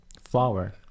flower